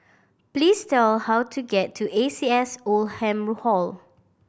please tell how to get to A C S Oldham Hall